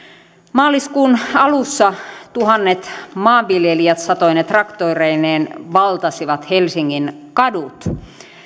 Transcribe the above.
maaliskuun alussa tuhannet maanviljelijät satoine traktoreineen valtasivat helsingin kadut